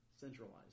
centralized